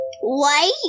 white